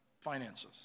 finances